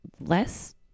less